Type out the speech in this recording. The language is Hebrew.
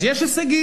אז יש הישגים,